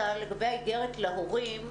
לגבי האגרת להורים,